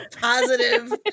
positive